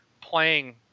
playing